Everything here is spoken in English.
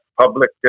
Public